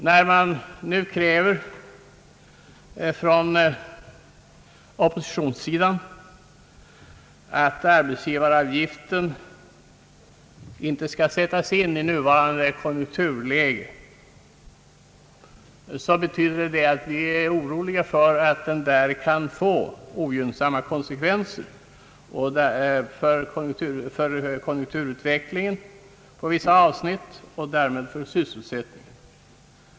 När man nu från oppositionen kräver att arbetsgivaravgiften inte skall sättas in i nuvarande konjunkturläge så betyder det att vi är oroliga för att den kan få ogynnsamma konsekvenser för utvecklingen på vissa avsnitt och därmed för sysselsättningen.